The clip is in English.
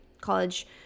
college